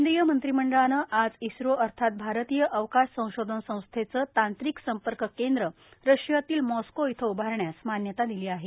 केंद्रीय मंत्रिमंडळानं आज इम्रो अर्थात भारतीय अवकाश संशोधन संस्थेचं तांत्रिक संपर्क केंद्र रशियातील मॉस्को इथं उभारण्यास मान्यता दिली आहे